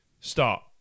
Start